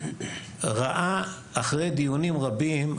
ראה אחרי דיונים רבים,